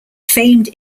famed